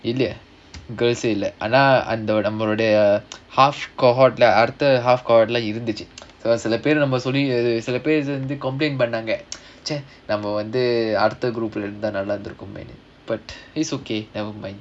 இல்ல:illa girl இல்ல அதான்:illa adhaan half cohort இருந்துச்சு:irunthuchu half cohort சில பேரு:sila peru complain பண்ணாங்க:pannaanga group இருந்தா நல்லா இருந்துருக்கும்னு:irunthaa nallaa irunthurukkumnu but it's okay never mind